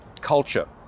culture